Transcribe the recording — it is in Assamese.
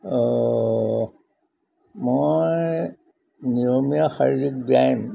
মই নিয়মীয়া শাৰীৰিক ব্যায়াম